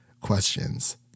questions